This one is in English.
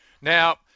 Now